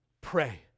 pray